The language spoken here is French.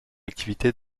activité